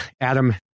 Adam